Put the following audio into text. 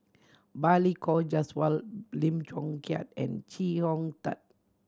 Balli Kaur Jaswal Lim Chong Keat and Chee Hong Tat